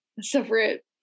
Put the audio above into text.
separate